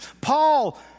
Paul